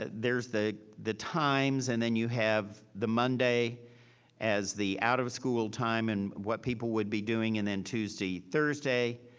ah there's the the times and then you have the monday as the out of school time and what people would be doing. and then tuesday thursday,